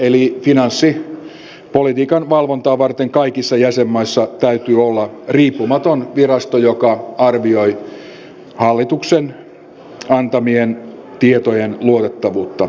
eli finanssipolitiikan valvontaa varten kaikissa jäsenmaissa täytyy olla riippumaton virasto joka arvioi hallituksen antamien tietojen luotettavuutta